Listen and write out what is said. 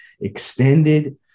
extended